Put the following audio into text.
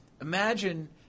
Imagine